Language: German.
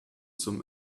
zum